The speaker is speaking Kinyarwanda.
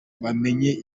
bamenya